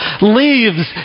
Leaves